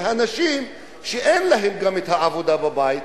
זה הנשים שאין להן גם העבודה בבית.